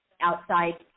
outside